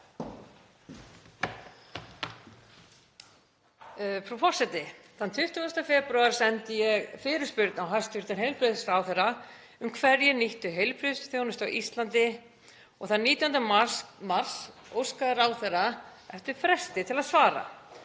forseti. Þann 20. febrúar sendi ég fyrirspurn á hæstv. heilbrigðisráðherra um hverjir nýttu heilbrigðisþjónustu á Íslandi og þann 19. mars óskar ráðherra eftir fresti til að svara.